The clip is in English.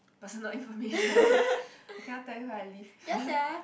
personal information I cannot tell you where I live